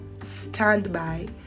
standby